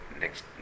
next